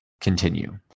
continue